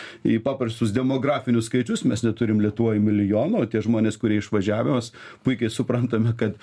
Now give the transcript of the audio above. į paprastus demografinius skaičius mes neturim lietuvoj milijono o tie žmonės kurie išvažiavęs mes puikiai suprantame kad